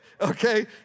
okay